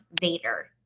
Vader